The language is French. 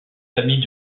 famille